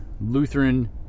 Lutheran